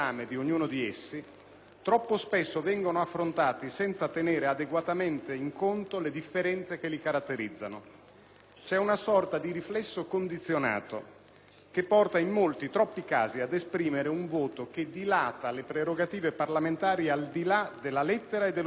troppo spesso vengono affrontati senza tenere adeguatamente in conto le differenze che li caratterizzano. C'è una sorta di riflesso condizionato che porta in molti, troppi casi, ad esprimere un voto che dilata le prerogative parlamentari al di là della lettera e dello spirito della legge.